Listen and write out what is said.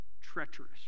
Treacherous